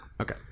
Okay